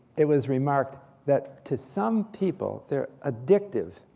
it was remarked that to some people they're addictive.